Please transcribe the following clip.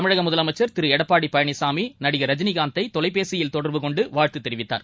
தமிழகமுதலமைச்சர் டப்பாடிபழனிசாமி நடிகர் ரஜினிகாந்தைதொலைபேசியில் திரு தொடர்புகொண்டுவாழ்த்துதெரிவித்தார்